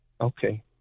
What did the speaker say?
Okay